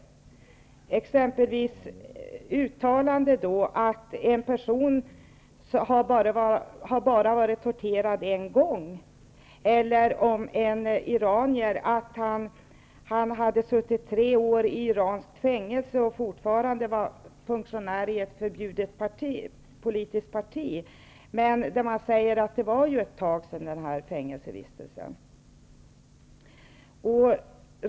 Ett exempel är ett uttalande om att en person har blivit torterad bara en gång. Ett annat exempel är en iranier som hade suttit tre år i iranskt fängelse och som fortfarande var funktionär i ett förbjudet politiskt parti. Om honom sade man att det ju var ett tag sedan han satt i fängelse.